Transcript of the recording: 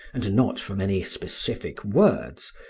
and not from any specific words,